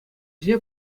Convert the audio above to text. ӗҫе